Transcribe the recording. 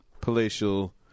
palatial